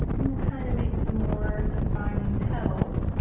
i'm gonna kind of make some more defining petals,